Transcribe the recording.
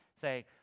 Say